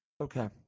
Okay